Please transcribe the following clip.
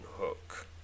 hook